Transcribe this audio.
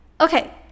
okay